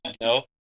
No